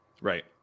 right